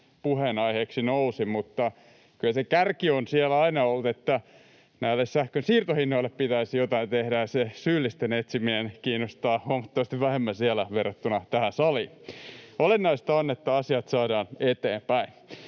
puheenaiheeksi nousi. Mutta kyllä se kärki on siellä aina ollut, että näille sähkön siirtohinnoille pitäisi jotain tehdä, ja se syyllisten etsiminen kiinnostaa huomattavasti vähemmän siellä verrattuna tähän saliin. Olennaista on, että asiat saadaan eteenpäin.